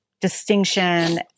distinction